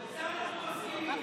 בזה אנחנו מסכימים.